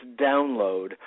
download